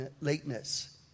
lateness